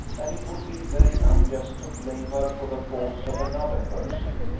and it would be very unjust to blame her for the faults of another person.